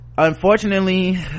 unfortunately